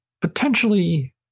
potentially